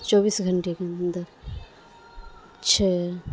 چوبیس گھنٹے کے اندر چھ